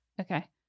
Okay